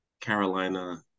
Carolina